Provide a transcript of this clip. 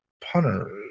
punter